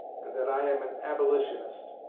and that i am an abolitionist.